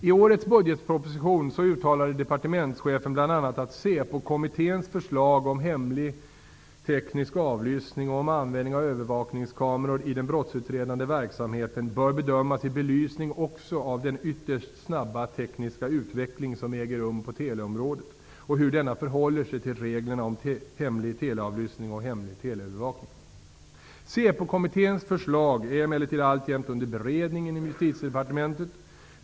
I årets budgetproposition uttalade departementschefen bl.a. att Säpokommitténs förslag om hemlig teknisk avlyssning och om användning av övervakningskameror i den brottsutredande verksamheten bör bedömas i belysning också av den ytterst snabba tekniska utveckling som äger rum på teleområdet och hur denna förhåller sig till reglerna om hemlig teleavlyssning och hemlig teleövervakning. Säpokommitténs förslag är emellertid under beredning inom Justitiedepartementet.